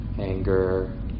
anger